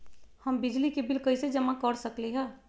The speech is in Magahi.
हम बिजली के बिल कईसे जमा कर सकली ह?